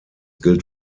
gilt